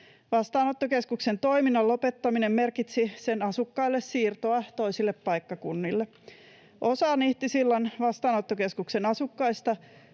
Vastaanottokeskuksen toiminnan lopettaminen merkitsi sen asukkaille siirtoa toisille paikkakunnille. Osa Nihtisillan vastaanottokeskuksen asukkaista